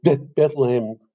Bethlehem